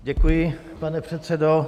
Děkuji, pane předsedo.